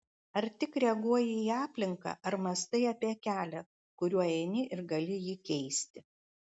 ar tik reaguoji į aplinką ar mąstai apie kelią kuriuo eini ir gali jį keisti